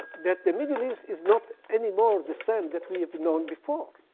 that the middle east is not any more the same that we have known before.